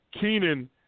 Keenan